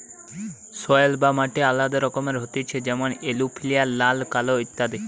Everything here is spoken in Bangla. সয়েল বা মাটি আলাদা রকমের হতিছে যেমন এলুভিয়াল, লাল, কালো ইত্যাদি